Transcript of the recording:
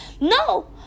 no